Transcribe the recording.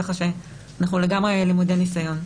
כך שאנחנו לגמרי למודי ניסיון.